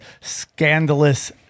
scandalous